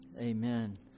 amen